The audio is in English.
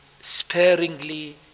sparingly